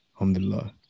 Alhamdulillah